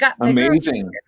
amazing